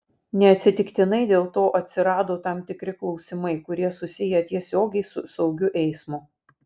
neatsitiktinai dėl to atsirado tam tikri klausimai kurie susiję tiesiogiai su saugiu eismu